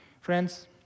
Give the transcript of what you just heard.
Friends